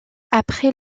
après